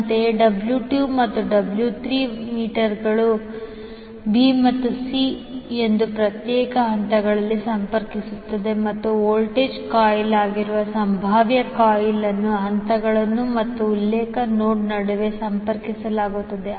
ಅಂತೆಯೇ 𝑊2 ಮತ್ತು 𝑊3 ಮೀಟರ್ಗಳು ಅವುಗಳನ್ನು B ಮತ್ತು C ಎಂದು ಪ್ರತ್ಯೇಕ ಹಂತಗಳಿಗೆ ಸಂಪರ್ಕಿಸುತ್ತದೆ ಮತ್ತು ವೋಲ್ಟೇಜ್ ಕಾಯಿಲ್ ಆಗಿರುವ ಸಂಭಾವ್ಯ ಕಾಯಿಲ್ ಅನ್ನು ಹಂತಗಳು ಮತ್ತು ಉಲ್ಲೇಖ ನೋಡ್ ನಡುವೆ ಸಂಪರ್ಕಿಸಲಾಗುತ್ತದೆ